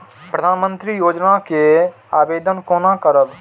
प्रधानमंत्री योजना के आवेदन कोना करब?